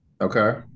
Okay